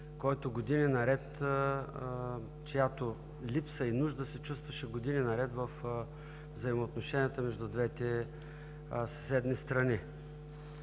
на този договор, чиято липса и нужда се чувстваше години наред във взаимоотношенията между двете съседни страни.